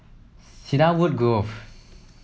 Cedarwood Grove